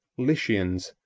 lycians,